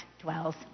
dwells